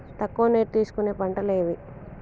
తక్కువ నీరు తీసుకునే పంటలు ఏవి?